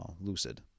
lucid